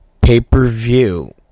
pay-per-view